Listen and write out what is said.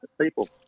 people